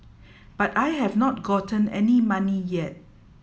but I have not gotten any money yet